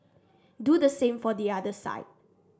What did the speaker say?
do the same for the other side